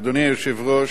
אדוני היושב-ראש,